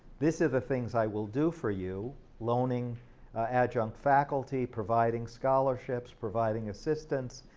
these are the things i will do for you loaning adjunct faculty, providing scholarships, providing assistance,